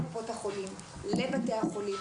קופות החולים ובתי החולים.